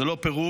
זה לא פירוק